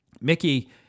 Mickey